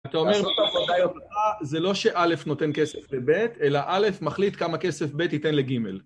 אתה אומר, זה לא שא' נותן כסף לב', אלא א' מחליט כמה כסף ב' ייתן לג'